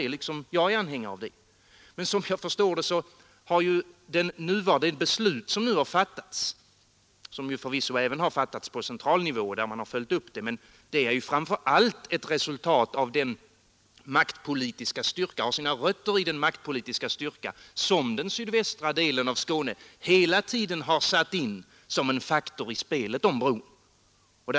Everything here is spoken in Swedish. Som jag förstått det har det beslut som nu fattats — förvisso även på central nivå, där man har följt upp frågan — sina rötter i den maktpolitiska styrka som den sydvästra delen av Skåne hela tiden har satt in som en faktor i spelet om bron.